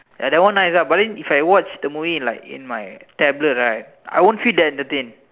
ya that one nice ah but then if I watch the movie in like in my tablet right I won't feel that entertained